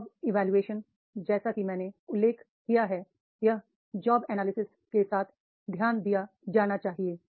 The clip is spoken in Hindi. जॉब इवोल्यूशन जैसा कि मैंने उल्लेख किया है यह जॉब एनालिसिस के साथ ध्यान दिया जाना चाहिए